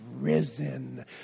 risen